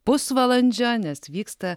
pusvalandžio nes vyksta